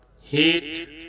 heat